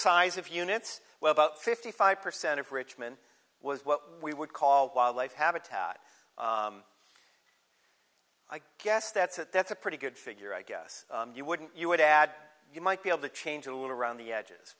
size of units well about fifty five percent of richmond was what we would call wildlife habitat i guess that's it that's a pretty good figure i guess you wouldn't you would add you might be able to change a little around the edges